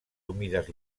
humides